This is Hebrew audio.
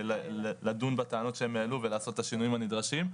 לדון בטענות שהם העלו ולעשות את השינויים הנדרשים.